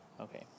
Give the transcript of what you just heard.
Okay